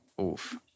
oof